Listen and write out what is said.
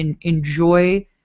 enjoy